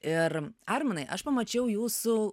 ir arminai aš pamačiau jūsų